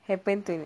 happened to